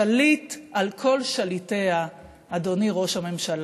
שליט על כל שליטיה, אדוני ראש הממשלה,